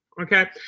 okay